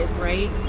right